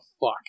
fuck